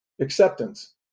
acceptance